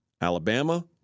Alabama